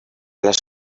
les